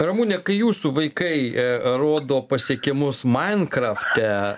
ramune kai jūsų vaikai rodo pasiekimus mainkrafte